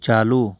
چالو